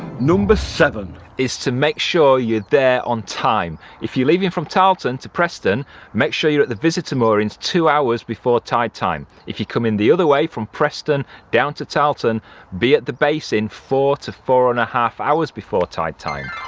number seven is to make sure you're there on time, if you're leaving from tarleton to preston make sure you're at the visitor moorings two hours before tide time, if you coming the other way from preston down to tarleton be at the basin four to four and a half hours before tide time.